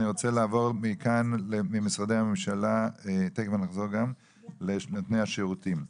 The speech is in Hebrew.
אני רוצה לעבור ממשרדי הממשלה לנותני השירותים.